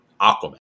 Aquaman